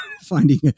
finding